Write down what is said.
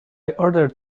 ordered